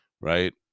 right